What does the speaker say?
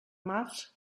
març